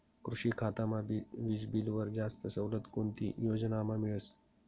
कृषी खातामा वीजबीलवर जास्त सवलत कोणती योजनामा मिळस?